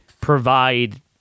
provide